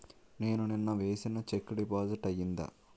నేను నిన్న వేసిన చెక్ డిపాజిట్ అయిందా?